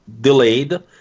delayed